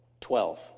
Twelve